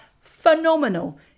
phenomenal